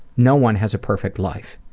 no one has a perfect life.